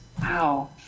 wow